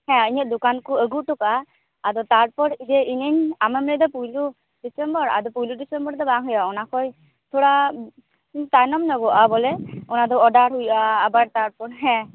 ᱦᱮᱸ ᱤᱧᱟᱹ ᱫᱳᱠᱟᱱ ᱠᱚ ᱟᱹᱜᱩ ᱦᱚᱴᱚᱠᱟ ᱟᱫᱚ ᱛᱟᱨᱯᱚᱨ ᱡᱮ ᱤᱧᱤᱧ ᱟᱢᱮᱢ ᱞᱟᱹᱭᱮᱫᱟ ᱯᱩᱭᱞᱩ ᱰᱤᱥᱮᱢᱵᱚᱨ ᱟᱫᱚ ᱯᱳᱭᱞᱳ ᱰᱤᱥᱮᱢᱵᱚᱨ ᱫᱚ ᱵᱟᱝ ᱦᱩᱭᱩᱜᱼᱟ ᱚᱱᱟ ᱠᱚᱭ ᱛᱷᱳᱲᱟ ᱛᱟᱭᱱᱚᱢ ᱟ ᱵᱚᱞᱮ ᱚᱱᱟᱫᱚ ᱚᱰᱟᱨ ᱦᱩᱭᱩᱜᱼᱟ ᱟᱵᱟᱨ ᱛᱟᱨᱯᱚᱨᱮ ᱦᱮᱸ